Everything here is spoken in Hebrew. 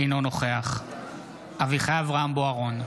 אינו נוכח אביחי אברהם בוארון,